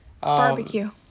Barbecue